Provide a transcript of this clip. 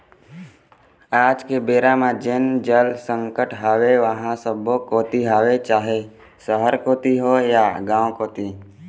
आज के बेरा म जेन जल संकट हवय ओहा सब्बो कोती हवय चाहे सहर कोती होय या गाँव कोती